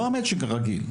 לא המצ'ינג הרגיל,